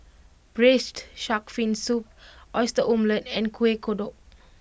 Braised Shark Fin Soup Oyster Omelette and Kueh Kodok